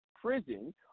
prison